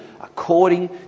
according